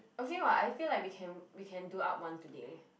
okay [what] I feel like we can we can do up [one] today